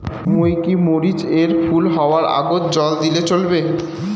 মুই কি মরিচ এর ফুল হাওয়ার আগত জল দিলে চলবে?